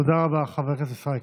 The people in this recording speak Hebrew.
תודה רבה, חבר הכנסת ישראל כץ.